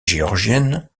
géorgienne